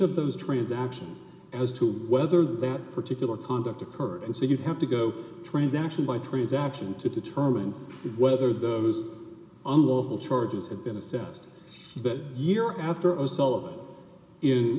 of those transactions as to whether that particular conduct occurred and so you'd have to go transaction by transaction to determine whether that was unlawful charges have been assessed but year after or so in